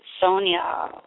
Sonia